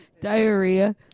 Diarrhea